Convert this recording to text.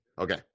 Okay